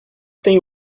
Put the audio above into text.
tem